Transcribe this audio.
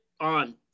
on